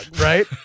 right